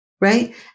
right